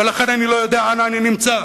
ולכן אני לא יודע איפה אני נמצא.